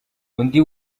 undi